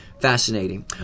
fascinating